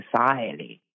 society